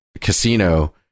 casino